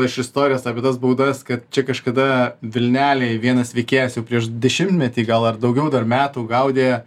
iš istorijos apie tas baudas kad čia kažkada vilnelėj vienas veikėjas jau prieš dešimtmetį gal ar daugiau dar metų gaudė